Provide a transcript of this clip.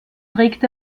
trägt